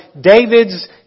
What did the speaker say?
David's